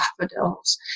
daffodils